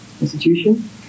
institution